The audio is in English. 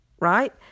right